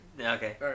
Okay